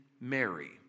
Mary